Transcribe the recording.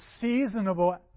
seasonable